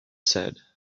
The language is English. said